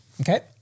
Okay